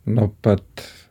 nuo pat